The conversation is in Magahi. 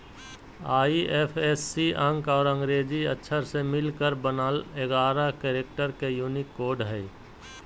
आई.एफ.एस.सी अंक और अंग्रेजी अक्षर से मिलकर बनल एगारह कैरेक्टर के यूनिक कोड हइ